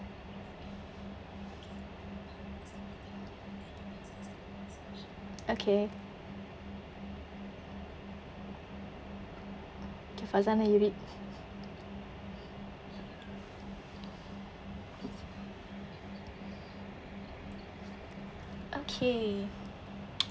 okay okay fauzana you read okay